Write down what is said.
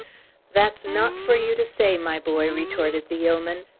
that's not for you to say, my boy, retorted the yeoman.